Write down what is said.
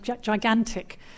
gigantic